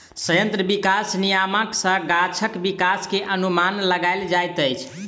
संयंत्र विकास नियामक सॅ गाछक विकास के अनुमान लगायल जाइत अछि